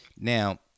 Now